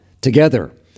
together